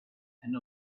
and